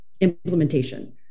Implementation